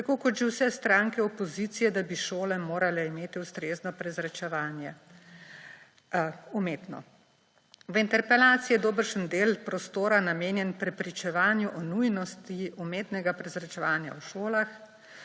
tako kot že vse stranke opozicije, da bi šole morale imeti ustrezno prezračevanje – umetno. V interpelaciji je dobršen del prostora namenjen prepričevanju o nujnosti umetnega prezračevanja v šolah,